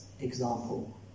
example